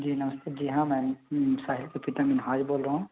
जी नमस्ते जी हाँ मैम साहिल के पिता नहीं भाई बोल रहा हूँ